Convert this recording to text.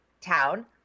town